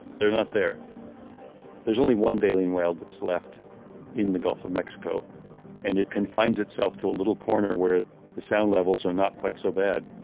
they're not there there's only one baleen whale that's left in the gulf of mexico and it confines itself to a little corner where the sound levels are not quite so bad.